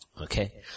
Okay